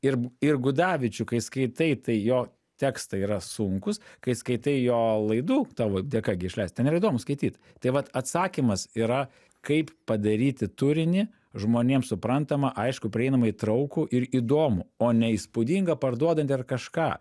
ir ir gudavičių kai skaitai tai jo tekstai yra sunkūs kai skaitai jo laidų tavo dėka gi išleista ten yra įdomu skaityt tai vat atsakymas yra kaip padaryti turinį žmonėms suprantamą aiškų prieinamą įtraukų ir įdomų o ne įspūdingą parduodantį ar kažką